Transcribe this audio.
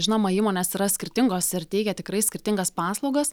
žinoma įmonės yra skirtingos ir teikia tikrai skirtingas paslaugas